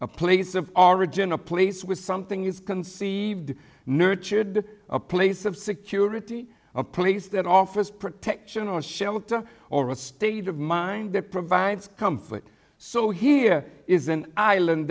a place of origin a place with something is conceived nurtured a place of security a place that office protection or shelter or a state of mind that provides comfort so here is an island